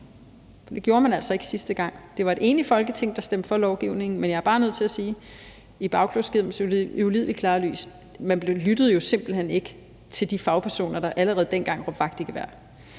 det, man altså ikke gjorde sidste gang. Det var et enigt Folketing, der stemte for lovgivningen, men jeg er bare nødt til at sige i bagklogskabens ulidelig klare lys, at man lyttede simpelt hen ikke til de fagpersoner, der allerede dengang råbte vagt i gevær.